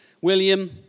William